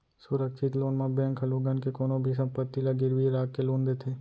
सुरक्छित लोन म बेंक ह लोगन के कोनो भी संपत्ति ल गिरवी राख के लोन देथे